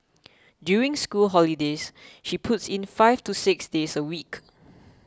during school holidays she puts in five to six days a week